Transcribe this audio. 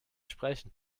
sprechen